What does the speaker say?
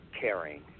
caring